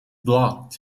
blocked